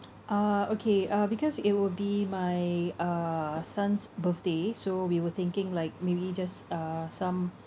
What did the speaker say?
uh okay uh because it would be my uh son's birthday so we were thinking like maybe just uh some